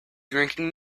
drinking